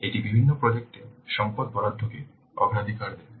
এটি বিভিন্ন প্রজেক্ট এ সম্পদ বরাদ্দকে অগ্রাধিকার দেবে